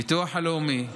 הביטוח הלאומי,